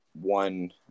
one